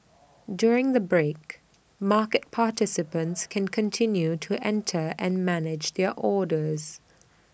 during the break market participants can continue to enter and manage their orders